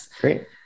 Great